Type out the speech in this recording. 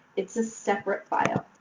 it's a separate file.